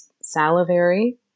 salivary